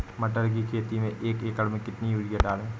मटर की खेती में एक एकड़ में कितनी यूरिया डालें?